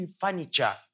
furniture